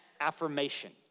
affirmation